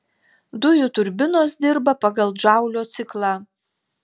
dujų turbinos dirba pagal džaulio ciklą